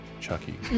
Chucky